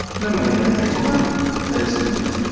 now my title band is complete.